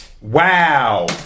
Wow